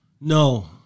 No